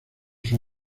sus